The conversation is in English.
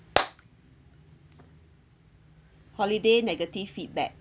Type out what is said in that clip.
holiday negative feedback